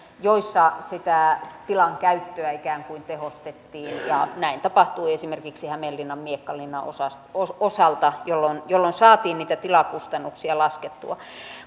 joissa sitä tilankäyttöä ikään kuin tehostettiin ja näin tapahtui esimerkiksi hämeenlinnan miekkalinnan osalta jolloin jolloin saatiin niitä tilakustannuksia laskettua